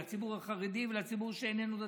לציבור החרדי ולציבור שאיננו דתי.